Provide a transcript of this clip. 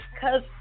Cause